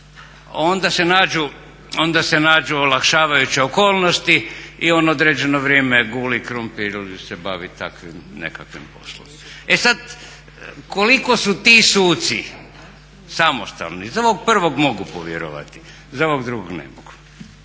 onda se nađu olakšavajuće okolnosti i on određeno vrijeme guli krumpir ili se bavi takvim nekakvim poslom. E sad koliko su ti suci samostalni za ovog prvog mogu povjerovati, za ovog drugog ne mogu.